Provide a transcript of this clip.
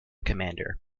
commander